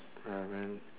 ya man